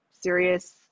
serious